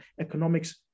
economics